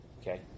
Okay